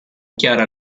chiara